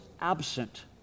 absent